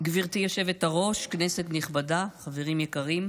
גברתי היושבת-ראש, כנסת נכבדה, חברים יקרים,